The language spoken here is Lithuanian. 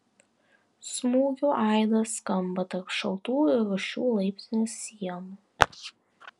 smūgių aidas skamba tarp šaltų ir rūsčių laiptinės sienų